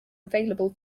available